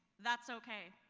that's okay.